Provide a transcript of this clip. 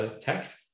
text